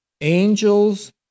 angels